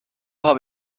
habe